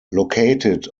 located